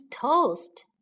toast